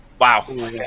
Wow